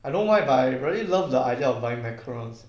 I don't know why but really love the idea of buying macarons